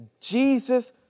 Jesus